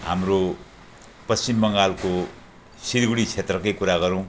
हाम्रो पश्चिम बङ्गालको सिलगढी क्षेत्रकै कुरा गरौँ